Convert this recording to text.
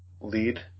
lead